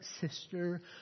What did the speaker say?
sister